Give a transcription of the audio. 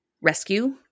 rescue